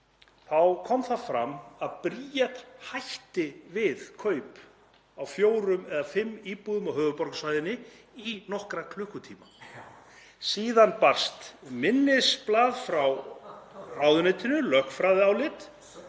kom fram að Bríet hætti við kaup á fjórum eða fimm íbúðum á höfuðborgarsvæðinu í nokkra klukkutíma. Síðan barst minnisblað frá ráðuneytinu, lögfræðiálit,